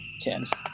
tens